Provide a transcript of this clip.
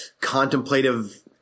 contemplative